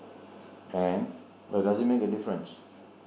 and uh doesn't make a difference